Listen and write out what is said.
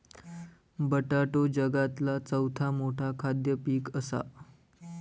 बटाटो जगातला चौथा मोठा खाद्य पीक असा